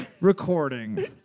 recording